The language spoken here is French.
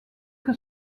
que